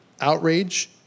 outrage